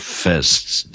fists